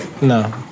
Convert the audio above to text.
No